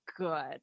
good